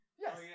Yes